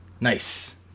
Nice